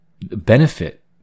benefit